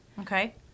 Okay